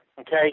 Okay